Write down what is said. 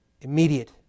immediate